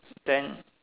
then